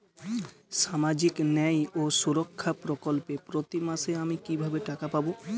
সামাজিক ন্যায় ও সুরক্ষা প্রকল্পে প্রতি মাসে আমি কিভাবে টাকা পাবো?